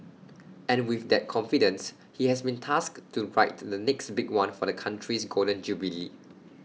and with that confidence he has been tasked to write the next big one for the Country's Golden Jubilee